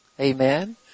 Amen